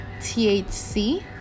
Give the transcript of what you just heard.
THC